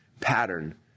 pattern